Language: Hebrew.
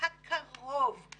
נמצאים קרוב לגבולות אחרים,